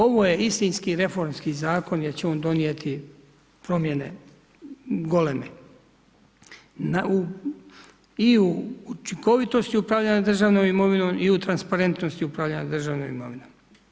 Ovo je istini, reformski zakon jer će on donijeti promjene goleme i u učinkovitosti upravljanja državnom imovinom i u transparentnosti upravljanje državnom imovinom.